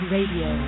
Radio